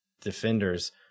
defenders